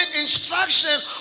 instruction